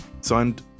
signed